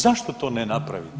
Zašto to ne napraviti?